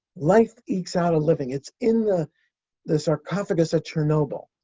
life ekes out a living. it's in the the sarcophagus at chernobyl.